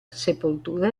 sepoltura